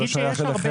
אז זה לא שייך אליכם.